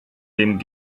dem